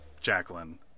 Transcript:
Jacqueline